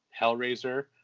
Hellraiser